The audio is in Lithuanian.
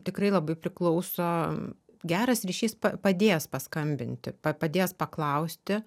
tikrai labai priklauso geras ryšys pa padės paskambinti pa padės paklausti